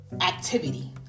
activity